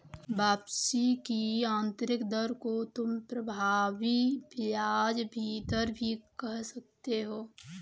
वापसी की आंतरिक दर को तुम प्रभावी ब्याज दर भी कह सकते हो